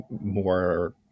more